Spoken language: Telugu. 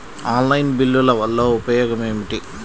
ఆన్లైన్ బిల్లుల వల్ల ఉపయోగమేమిటీ?